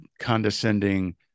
condescending